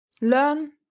learn